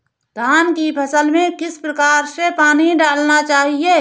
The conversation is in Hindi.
धान की फसल में किस प्रकार से पानी डालना चाहिए?